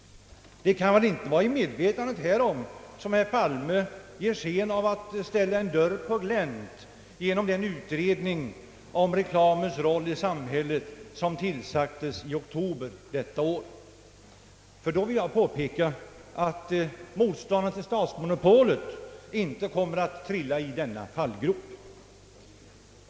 Det kan väl inte vara i medvetande härom som herr Palme ger sken av att ställa en dörr på glänt genom den utredning av reklamens roll i samhället som tillsattes i oktober detta år. I så fall vill jag framhålla, att motståndarna till statsmonopolet inte kommer att trilla i denna fallgrop.